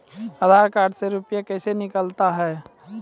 आधार कार्ड से रुपये कैसे निकलता हैं?